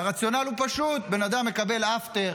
והרציונל הוא פשוט: בן אדם מקבל אפטר,